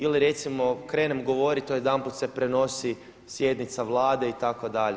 Ili recimo krenem govoriti a jedanput se prenosi sjednica Vlade itd.